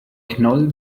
knoll